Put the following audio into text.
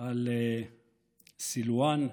על סילוואן.